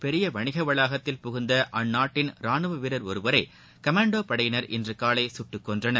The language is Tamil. பெரிய வணிக வளாகத்தில் புகுந்த அந்நாட்டின் ரானுவ வீரர் ஒருவரை கமாண்டோ படையினர் இன்றுகாலை சுட்டுக்கொன்றனர்